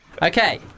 Okay